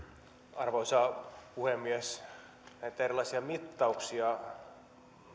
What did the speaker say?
arvoisa puhemies näitä erilaisia mittauksia